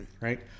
Right